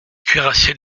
cuirassiers